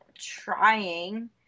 trying